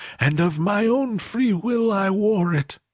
and of my own free will i wore it.